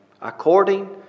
according